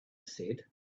said